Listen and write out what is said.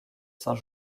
saint